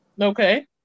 Okay